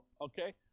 Okay